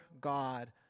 God